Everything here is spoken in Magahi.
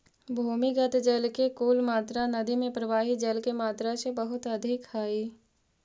भूमिगत जल के कुल मात्रा नदि में प्रवाहित जल के मात्रा से बहुत अधिक हई